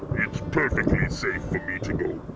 it's perfectly safe for me to go